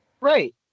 Right